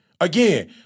Again